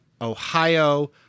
Ohio